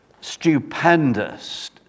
stupendous